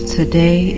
Today